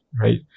right